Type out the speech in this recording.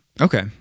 okay